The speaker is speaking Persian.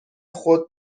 خود